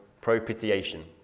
Propitiation